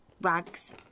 Rags